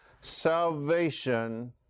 salvation